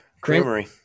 Creamery